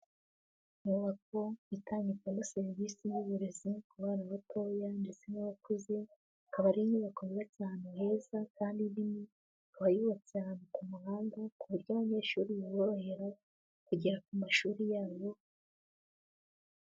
Inyubako itangirwamo serivisi y'uburezi ku bana batoya ndetse n'abakuze, ikaba ari inyubako yubatse ahantu heza kandi nini, ikaba yubatse ahantu ku muhanda ku buryo abanyeshuri biborohera kugera ku mashuri yabo.